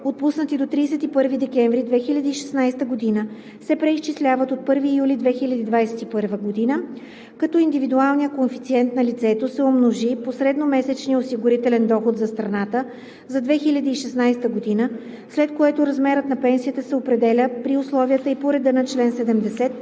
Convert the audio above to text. отпуснати до 31 декември 2016 г., се преизчисляват от 1 юли 2021 г., като индивидуалният коефициент на лицето се умножи по средномесечния осигурителен доход за страната за 2016 г., след което размерът на пенсията се определя при условията и по реда на чл. 70,